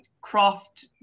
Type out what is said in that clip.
craft